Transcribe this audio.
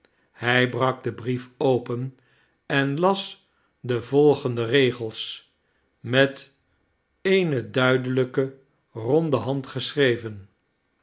hij brak den brief open en las de volgende regels met eene duidelijke ronde hand geschreven